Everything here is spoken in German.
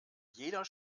jeder